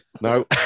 no